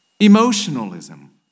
emotionalism